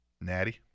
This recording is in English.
Natty